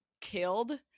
killed